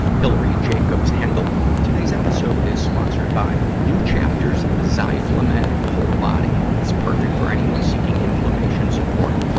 hilary jacobs hendel. today's episode is sponsored by new chapter's zyflamed and whole body. it's perfect for anyone seeking inflammation support.